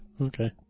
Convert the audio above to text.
Okay